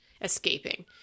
escaping